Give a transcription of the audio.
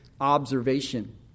observation